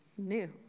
new